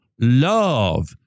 love